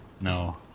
No